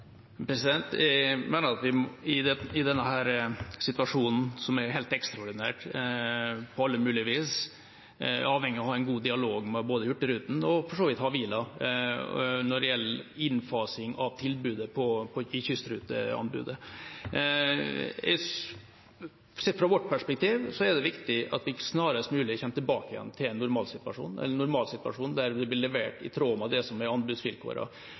I denne situasjonen, som er helt ekstraordinær på alle mulige vis, mener jeg vi er avhengig av å ha en god dialog både med Hurtigruten og for så vidt også med Havila når det gjelder innfasing av tilbudet i kystruteanbudet. Sett fra vårt perspektiv er det viktig at vi snarest mulig kommer tilbake til en normalsituasjon, en normalsituasjon der det blir levert i tråd med det som er